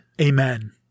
Amen